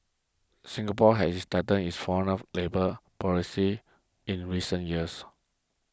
Singapore has its foreign labour policies in recent years